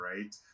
right